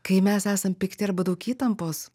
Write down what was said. kai mes esam pikti arba daug įtampos